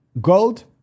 gold